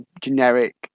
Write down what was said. generic